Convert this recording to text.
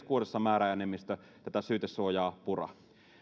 kuudesosan määräenemmistö tätä syytesuojaa pura